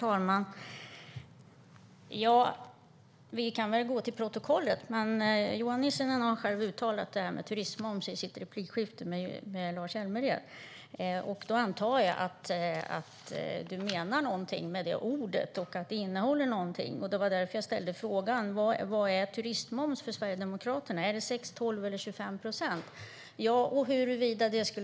Herr talman! Du har själv uttalat det här med turismmoms i ditt replikskifte med Lars Hjälmered, Johan Nissinen. Jag antar att du menar något med det ordet och att det har en innebörd. Det var därför jag ställde frågan. Vad är turismmoms för Sverigedemokraterna? Är det 6, 12 eller 25 procent?